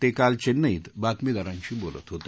ते काल चेन्नईत बातमीदारांशी यांचे बोलत होते